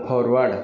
forward